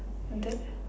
that